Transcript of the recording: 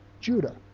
Judah